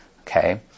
Okay